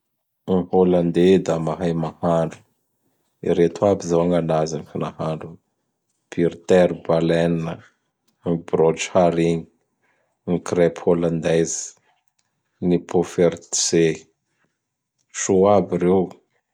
Ny Hollandais da mahay mahandro. Ireto aby zao gnandreo ny nahandrony: Birterbalène, ny Brotcharie, ny crèpe Hollandaise, ny Pophertze. Soa aby reo.